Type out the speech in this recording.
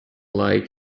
like